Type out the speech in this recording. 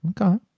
Okay